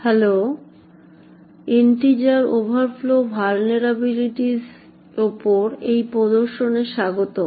hello integer overflow vulnerabilities উপর এই প্রদর্শনে স্বাগতম